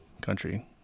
country